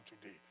today